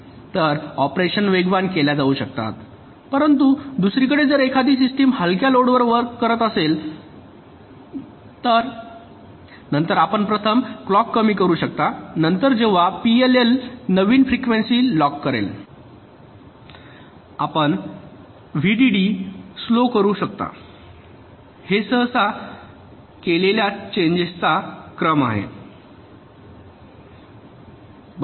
तर ऑपरेशन्स वेगवान केल्या जाऊ शकतात परंतु दुसरीकडे जर एखादी सिस्टिम हलक्या लोडवर चालत असेल तर नंतर आपण प्रथम क्लॉक कमी करू शकता नंतर जेव्हा पीएलएल नवीन फ्रिकवेंसी लॉक करेल आपण व्हीडीडी स्लोव करू शकता हे सहसा केलेल्या चेंजेस चा क्रम आहे बरोबर